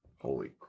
Holy